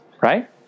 right